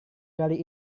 kali